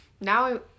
now